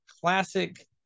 classic